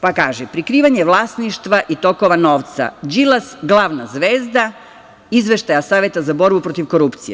Pa, kaže – prikrivanje vlasništva i tokova novca, Đilas glavna zvezda, Izveštaja Saveta za borbu protiv korupcije.